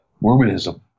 Mormonism